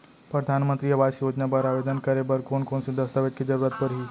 परधानमंतरी आवास योजना बर आवेदन करे बर कोन कोन से दस्तावेज के जरूरत परही?